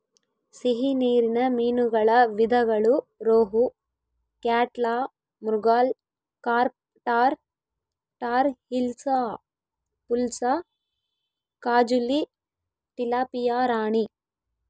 ಸಿಹಿ ನೀರಿನ ಮೀನುಗಳ ವಿಧಗಳು rohu, catla, mrigal, carp tor, tor hilsa, pulasa, kajuli, tilapia ರಾಣಿ